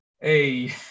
Hey